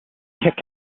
kick